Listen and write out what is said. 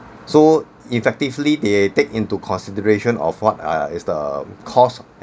so effectively they take into consideration of what ah is the cause